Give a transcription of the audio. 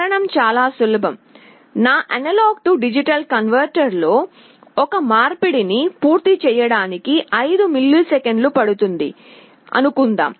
కారణం చాలా సులభం నా A D కన్వర్టర్ లో ఒక మార్పిడిని పూర్తి చేయడానికి 5 మిల్లీసెకన్లు పడుతుంది అనుకుందాం